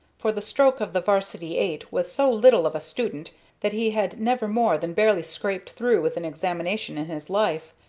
for the stroke of the varsity eight was so little of a student that he had never more than barely scraped through with an examination in his life,